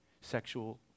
sexual